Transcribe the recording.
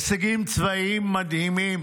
הישגים צבאיים מדהימים